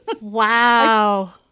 Wow